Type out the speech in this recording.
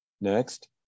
Next